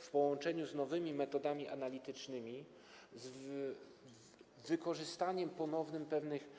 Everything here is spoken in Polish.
W połączeniu z nowymi metodami analitycznymi, z wykorzystaniem ponownym pewnych